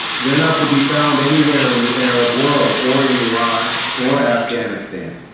they're not to be found anywhere in the arab world or in iran or afghanistan